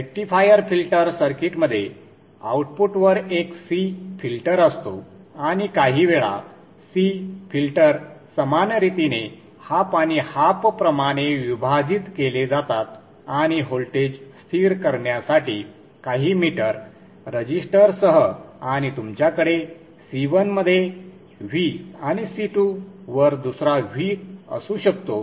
rectifier filter सर्किटमध्ये आउटपुटवर एक C फिल्टर असतो आणि काहीवेळा C फिल्टर समान रीतीने हाफ आणि हाफप्रमाणे विभाजित केले जातात आणि व्होल्टेज स्थिर करण्यासाठी काही मीटर रजिस्टर्ससह आणि तुमच्याकडे C1 मध्ये V आणि C2 वर दुसरा V असू शकतो